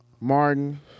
Martin